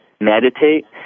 meditate